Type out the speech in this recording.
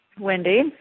Wendy